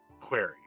query